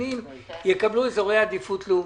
מסתננים יקבלו אזורי עדיפות לאומית.